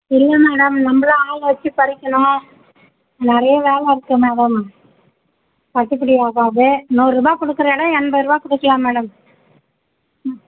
இல்லை மேடம் நம்மளும் ஆள் வச்சு பறிக்கணும் நிறைய வேலை இருக்குது மேடம் கட்டுப்படியாகாது நூறுரூபா கொடுக்கற இடம் எண்பதுருபா கொடுக்கலாம் மேடம் ம்